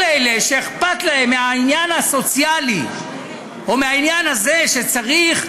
כל אלה שאכפת להם מהעניין הסוציאלי או מהעניין הזה שצריך,